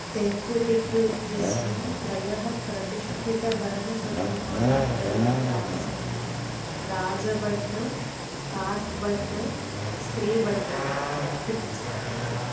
तेङ्कुतिट्टु इत्यस्मिन् त्रयः प्रतिष्ठितवर्णसमूहाः प्रयुक्ताः सन्ति राजबण्णकाट्बण्णस्त्रीबण्ण इति च